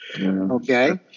Okay